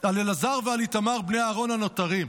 על אלעזר ועל איתמר בני אהרן הַנותָרִם".